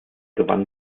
gewann